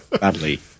Badly